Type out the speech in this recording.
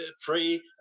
free